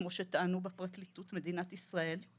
כמו שטענו בפרקליטות מדינת ישראל,